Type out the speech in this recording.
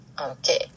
Okay